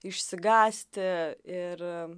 išsigąsti ir